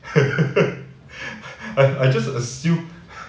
I I just assumed